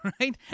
right